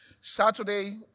Saturday